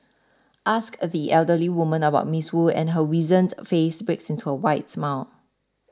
ask the elderly woman about Miss Wu and her wizened face breaks into a wide smile